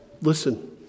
Listen